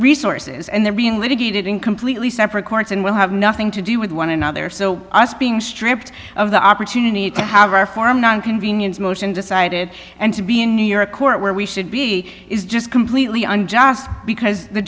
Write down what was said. resources and they're being litigated in completely separate courts and will have nothing to do with one another so us being stripped of the opportunity to have our form not inconvenience motion decided and to be in new york court where we should be is just completely unjust because the